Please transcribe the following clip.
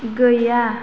गैया